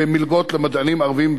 מלגות למדענים ערבים,